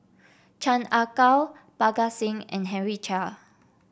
Chan Ah Kow Parga Singh and Henry Chia